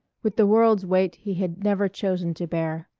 with the world's weight he had never chosen to bear.